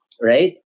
Right